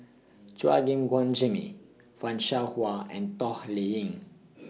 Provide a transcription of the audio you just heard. Chua Gim Guan Jimmy fan Shao Hua and Toh Liying